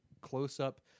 close-up –